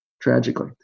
tragically